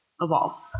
evolve